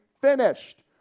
finished